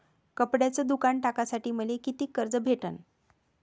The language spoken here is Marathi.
कपड्याचं दुकान टाकासाठी मले कितीक कर्ज भेटन?